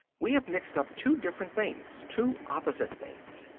we have mixed up two different things, two opposite things.